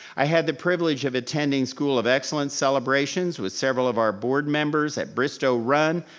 i had the privilege of attending school of excellence celebrations with several of our board members at bristow run,